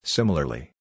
Similarly